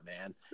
man